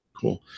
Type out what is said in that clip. Cool